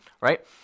right